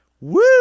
Woo